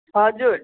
हजुर